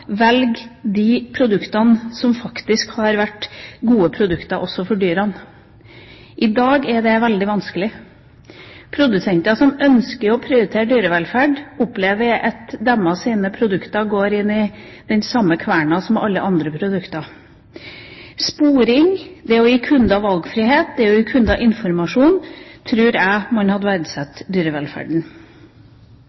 velge de produktene som faktisk er gode produkter, også for dyrene. I dag er det veldig vanskelig. Produsenter som ønsker å prioritere dyrevelferd, opplever at deres produkter går inn i den samme kverna som alle andre produkter. Ved sporing, det å gi kunder valgfrihet, det å gi kunder informasjon tror jeg at man hadde